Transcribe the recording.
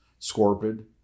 Scorpid